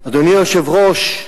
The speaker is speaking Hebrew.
אדוני היושב-ראש,